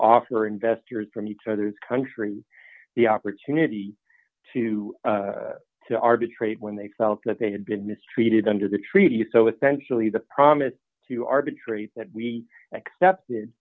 offer investors from each other's countries the opportunity to to arbitrate when they felt that they had been mistreated under the treaty so essentially the promise to arbitrate that we accepted